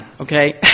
okay